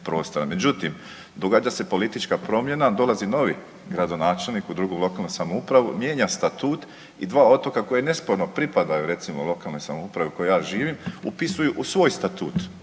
međutim, događa se politička promjena, dolazi novi gradonačelnik u drugu lokalnu samoupravu, mijenja statut i dva otoka koji nesporno pripadaju, recimo, lokalnoj samoupravi u kojoj ja živim, upisuju u svoj statut